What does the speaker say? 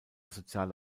soziale